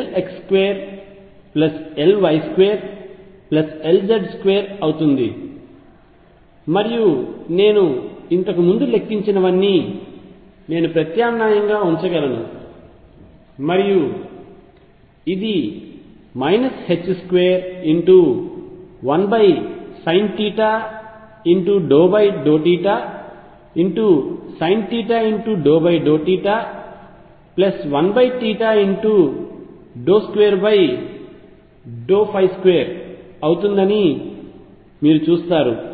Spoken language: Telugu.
Lx2Ly2Lz2 అవుతుంది మరియు నేను ఇంతకు ముందు లెక్కించినవన్నీ నేను ప్రత్యామ్నాయంగా ఉంచగలను మరియు ఇది 21sinθ∂θsinθ∂θ1 22 అవుతుందని మీరు చూస్తారు